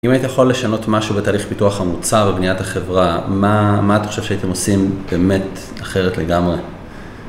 אם היית יכול לשנות משהו בתהליך פיתוח המוצר ובניית החברה, מה אתה חושב שהייתם עושים באמת אחרת לגמרי?